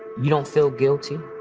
you don't feel guilty?